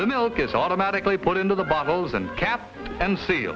the milk is automatically put into the bottles and kept and se